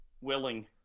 willing